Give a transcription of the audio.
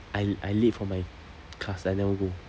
I l~ I late for my class I never go